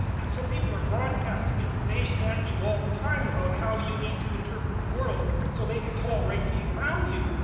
and so people are broadcasting information at you all the time about how you need to interpret the world so they can tolerate being around you.